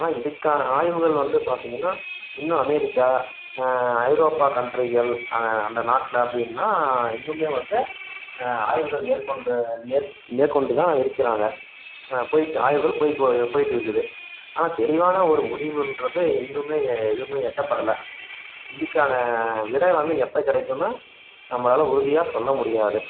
ஆனால் இதுக்கான ஆய்வுகள் வந்து பார்த்தீங்கன்னா இன்னும் அமெரிக்கா ஐரோப்பா கன்ட்ரீகள் அந்த நாட்டில் அப்படின்னா இன்னுமே வந்து ஆய்வுகள் மேற்கொண்டு மேற் மேற்கொண்டு தான் இருக்கிறாங்க போயிட்டு ஆய்வுகள் போயிக்கோ போயிட்டு இருக்குது ஆனால் தெளிவான ஒரு முடிவுன்றது இன்னுமே எதுவுமே எட்டப்படலை இதுக்கான விடை வந்து எப்போ கிடைக்குன்னா நம்மளால உறுதியாக சொல்ல முடியாது